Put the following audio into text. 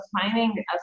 finding